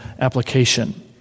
application